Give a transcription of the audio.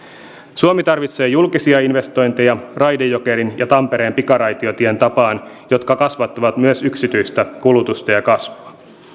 suomi tarvitsee julkisia investointeja raide jokerin ja tampereen pikaraitiotien tapaan jotka kasvattavat myös yksityistä kulutusta ja kasvua